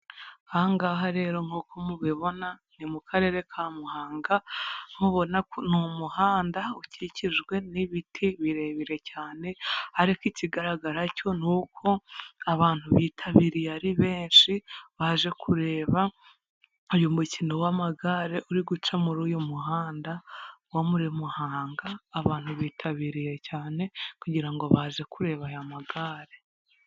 Ahangaha rero nk'uko mubibona, ni mu karere ka Muhanga, ni umuhanda ukikijwe n'ibiti birebire cyane, ariko ikigaragara cyo ni uko abantu bitabiriye ari benshi, baje kureba uyu mukino w'amagare, uri guca muri uyu muhanda wo muri Muhanga, abantu bitabiriye cyane, kugira ngo baze kureba aya magare.